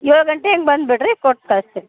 ಏಳು ಗಂಟೆ ಹಂಗೆ ಬಂದು ಬಿಡ್ರಿ ಕೊಟ್ಟು ಕಳ್ಸ್ತೀನಿ